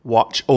Watch